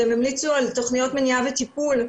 והם המליצו על תוכניות מניעה וטיפול.